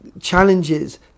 challenges